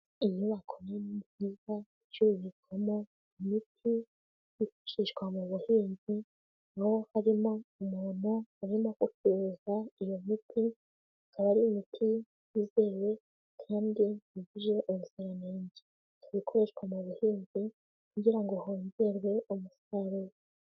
Inyubako nini nziza, icururizwamo imiti yifashishwa mu buhinzi, aho harimo umuntu arimo gucuruza iyo miti, akaba ari imiti yizewe kandi yujuje ubuziranenge. Ikaba ikoreshwa mu buhinzi kugira ngo hongerwe umusaruro.